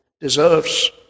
deserves